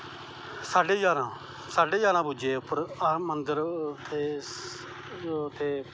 साढे जारां साढे जारां पुज्जे उप्पर मन्दर ते उत्थें